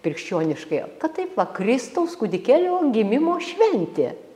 krikščioniškai kad taip va kristaus kūdikėlio gimimo šventė